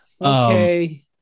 Okay